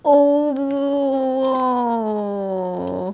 oh no